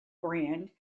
brand